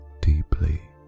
deeply